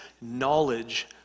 knowledge